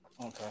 Okay